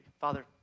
Father